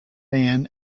man